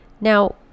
Now